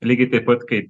lygiai taip pat kai